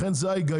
לכן זה ההיגיון.